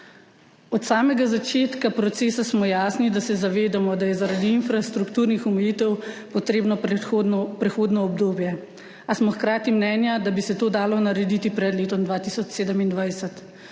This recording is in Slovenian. Od samega začetka procesa smo jasni, da se zavedamo, da je zaradi infrastrukturnih omejitev potrebno prehodno obdobje, a smo hkrati mnenja, da bi se to dalo narediti pred letom 2027.